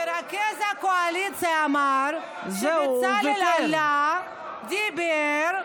מרכז הקואליציה אמר שבצלאל עלה, דיבר,